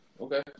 Okay